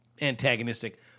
antagonistic